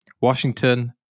Washington